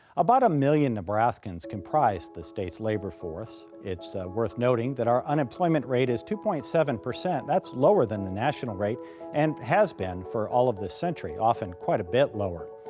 about a million nebraskans comprise the state's labor force. it's worth noting that our unemployment rate is two point seven, that's lower than the national rate and has been for all of this century, often quite a bit lower.